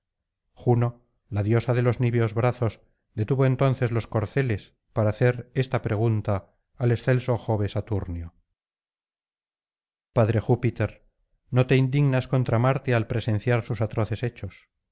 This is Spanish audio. juno la diosa de los niveos brazos detuvo entonces los corceles para hacer esta pregunta al excelso jo saturno padre júpiter no te indignas contra marte al presenciar sus atroces hechos